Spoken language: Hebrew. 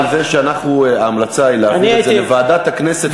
על זה שההמלצה היא להעביר את זה לוועדת הכנסת לדיון,